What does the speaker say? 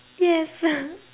yes